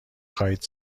خواهید